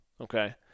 okay